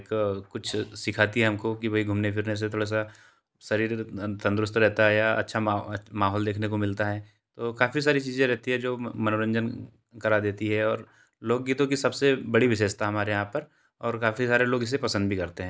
एक कुछ सिखाती है हमको कि भाई घूमने फिरने से थोड़ा सा शरीर तंदरुस्त रहता है या अच्छा माहौल देखने को मिलता है तो काफ़ी सारी चीज़ें रहती है जो मनोरंजन करा देती है और लोकगीतों की सबसे बड़ी विशेषता हमारे यहाँ पर और काफ़ी सारे लोग इसे पसंद भी करते हैं